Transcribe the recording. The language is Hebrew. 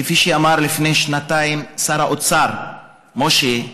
כפי שאמר לפני שנתיים שר האוצר משה כחלון.